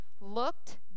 looked